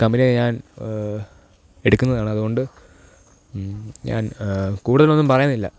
കമ്പനിയെ ഞാന് എടുക്കുന്നതാണ് അതുകൊണ്ട് ഞാന് കൂടുതലൊന്നും പറയുന്നില്ല